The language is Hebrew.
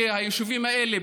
כי היישובים האלה,